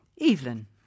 Evelyn